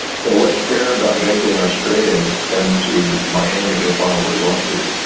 so what's fair about making an australian come to miami to file a lawsuit?